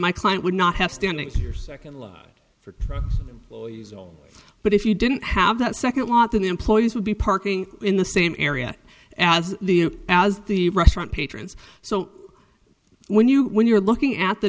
my client would not have standing to your second love for them but if you didn't have that second wanting the employees would be parking in the same area as the as the restaurant patrons so when you when you're looking at the